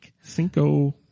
Cinco